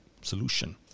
solution